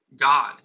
God